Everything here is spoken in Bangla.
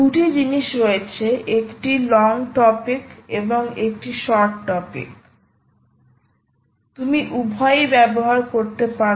দুটি জিনিস রয়েছে একটি লং টপিক এবং একটি শর্ট টপিক তুমি উভয়ই ব্যবহার করতে পারো